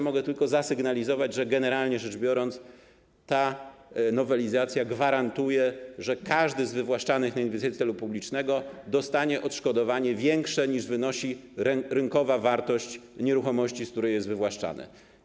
Mogę tylko zasygnalizować, że generalnie rzecz biorąc, ta nowelizacja gwarantuje, że każdy z wywłaszczanych na inwestycje celu publicznego dostanie odszkodowanie większe, niż wynosi rynkowa wartość nieruchomości, z której jest wywłaszczany.